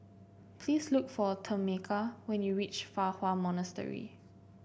please look for Tameka when you reach Fa Hua Monastery